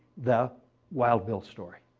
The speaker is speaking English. the wild bill story.